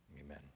Amen